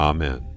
Amen